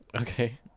Okay